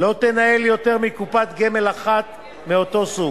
לא תנהל יותר מקופת גמל אחת מאותו סוג,